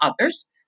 others